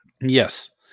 Yes